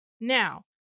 now